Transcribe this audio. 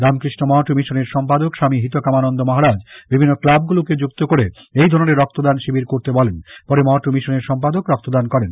রামকৃষ্ণ মঠ ও মিশনের সম্পাদক স্বামী হিতকামানন্দ মহারাজ বিভিন্ন ক্লাবগুলোকে মুক্ত করে এই ধরনের রক্তদান শিবির করতে বলেন পরে মঠ ও মিশনের সম্পাদক রক্তদান করেন